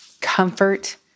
comfort